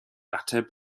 ateb